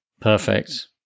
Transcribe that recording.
perfect